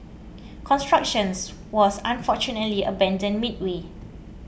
constructions was unfortunately abandoned midway